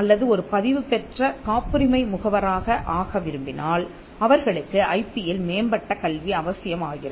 அல்லது ஒரு பதிவுபெற்ற காப்புரிமை முகவராக ஆக விரும்பினால் அவர்களுக்கு ஐபியில் மேம்பட்ட கல்வி அவசியம் ஆகிறது